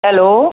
hello